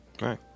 Right